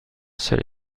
seul